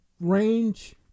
range